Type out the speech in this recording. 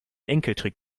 enkeltrick